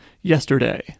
yesterday